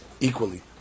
equally